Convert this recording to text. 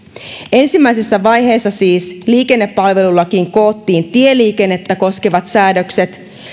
ensimmäisessä vaiheessa siis liikennepalvelulakiin koottiin tieliikennettä koskevat säädökset